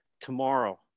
tomorrow